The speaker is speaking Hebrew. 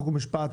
חוק ומשפט,